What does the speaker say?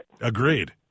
Agreed